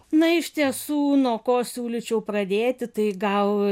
na iš tiesų nuo ko siūlyčiau pradėti tai gal